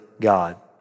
God